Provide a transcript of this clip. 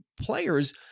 players